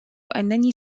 أنني